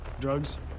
drugs